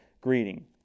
greeting